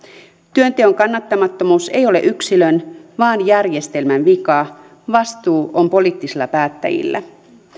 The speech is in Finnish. työnteon kannattamattomuus ei ole yksilön vaan järjestelmän vika vastuu on poliittisilla päättäjillä